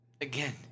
Again